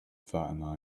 fatima